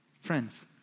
Friends